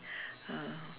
uh